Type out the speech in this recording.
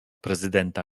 prezydenta